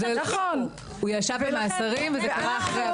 הוא ישב במאסרים וזה קרה אחרי.